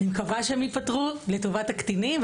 אני מקווה שייפתרו לטובת הקטינים.